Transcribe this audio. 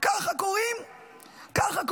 ככה קוראים למחבל,